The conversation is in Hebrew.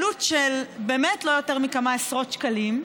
עלות של באמת לא יותר מכמה עשרות שקלים,